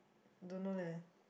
don't know leh